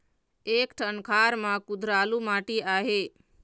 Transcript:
एक ठन खार म कुधरालू माटी आहे?